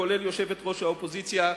כולל יושבת-ראש האופוזיציה,